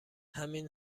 همین